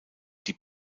die